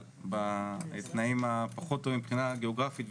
בתנאים הפחות טובים מבחינה גיאוגרפית.